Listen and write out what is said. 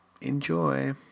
Enjoy